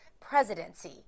presidency